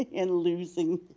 and losing